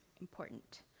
important